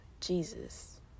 Jesus